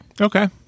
Okay